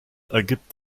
ergibt